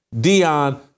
Dion